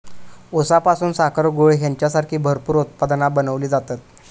ऊसापासून साखर, गूळ हेंच्यासारखी भरपूर उत्पादना बनवली जातत